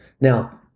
Now